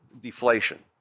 deflation